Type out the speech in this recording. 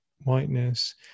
whiteness